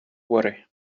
worry